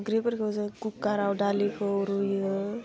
ओंख्रिफोरखौ जों कुकाराव दालिखौ रुयो